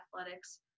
athletics